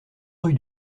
rue